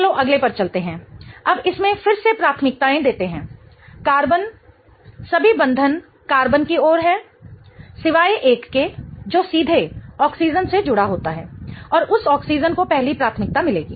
चलो अगले पर चलते हैं अब इसमें फिर से प्राथमिकताएं देते हैं कार्बन सभी बंधन कार्बन की और हैं सिवाय एक के जो सीधे ऑक्सीजन से जुड़ा होता है और उस ऑक्सीजन को पहली प्राथमिकता मिलेगी